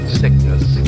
sickness